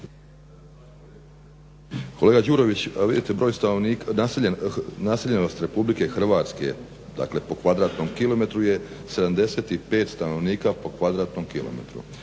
Kolega Đurović a vidite naseljenost RH dakle po kvadratnom kilometru je 75 stanovnika po kvadratnom kilometru.